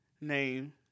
name